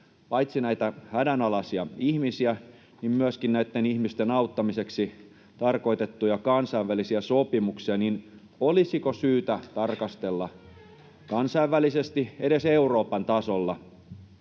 paitsi näitä hädänalaisia ihmisiä myöskin näiden ihmisten auttamiseksi tarkoitettuja kansainvälisiä sopimuksia, niin olisiko syytä tarkastella kansainvälisesti, edes Euroopan tasolla